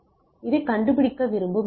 சரி இது கண்டுபிடிக்க விரும்பும் விஷயம்